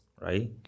right